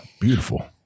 beautiful